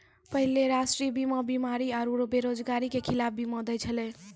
पहिले राष्ट्रीय बीमा बीमारी आरु बेरोजगारी के खिलाफ बीमा दै छलै